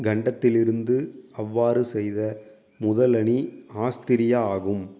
கண்டத்திலிருந்து அவ்வாறு செய்த முதல் அணி ஆஸ்திரியா ஆகும்